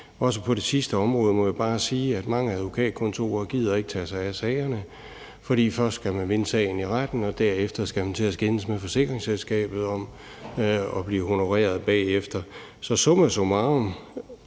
Også på det sidste område må jeg bare sige, at mange advokatkontorer ikke gider at tage sig af sagerne, fordi man først skal vinde sagen i retten, og derefter skal man til at skændes med forsikringsselskabet i forhold til at blive honoreret bagefter. Så summa summarum